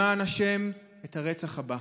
למען השם, את הרצח הבא.